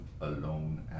Alone